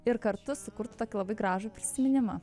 ir kartu sukurtų tokį labai gražų prisiminimą